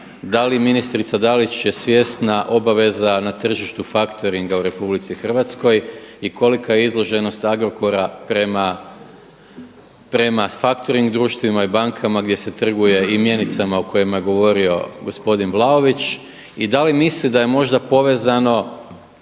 da li ministrica Dalić je svjesna obaveza na tržištu factoringa u Republici Hrvatskoj i kolika je izloženost Agrokora prema factoring društvima i bankama gdje se trguje i mjenicama o kojima je govorio gospodin Vlaović? I da li misli da je možda povezano